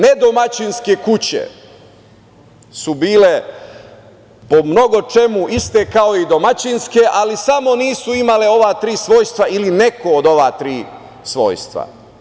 Nedomaćinske kuće su bile po mnogo čemu iste kao i domaćinske, ali samo nisu imale ova tri svojstva ili neko od ova tri svojstva.